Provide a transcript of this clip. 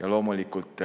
Ja loomulikult